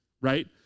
right